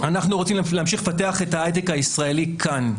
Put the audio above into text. אנחנו רוצים להמשיך לפתח את ההיי-טק הישראלי כאן.